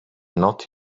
not